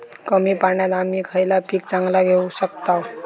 कमी पाण्यात आम्ही खयला पीक चांगला घेव शकताव?